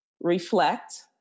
reflect